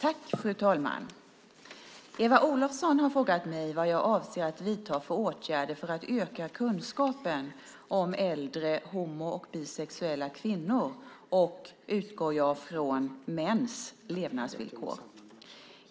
Fru talman! Eva Olofsson har frågat mig vad jag avser att vidta för åtgärder för att öka kunskapen om äldre homo och bisexuella kvinnors och, utgår jag från, mäns levnadsvillkor.